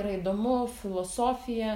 yra įdomu filosofija